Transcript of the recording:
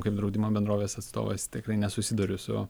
kaip draudimo bendrovės atstovas tikrai nesusiduriu su